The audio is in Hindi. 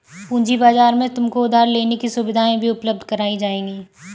पूँजी बाजार में तुमको उधार लेने की सुविधाएं भी उपलब्ध कराई जाएंगी